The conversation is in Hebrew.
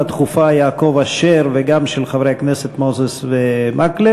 הדחופה יעקב אשר וגם של חברי הכנסת מוזס ומקלב,